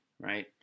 right